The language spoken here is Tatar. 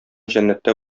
җәннәттә